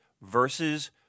versus